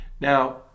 Now